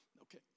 Okay